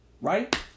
right